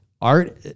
Art